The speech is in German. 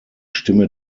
stimme